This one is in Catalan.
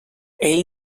ell